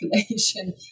population